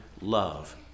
love